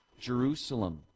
Jerusalem